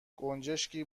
گنجشکی